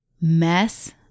mess